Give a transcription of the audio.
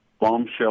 bombshell